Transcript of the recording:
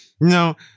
No